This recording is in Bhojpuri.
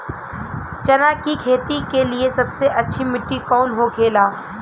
चना की खेती के लिए सबसे अच्छी मिट्टी कौन होखे ला?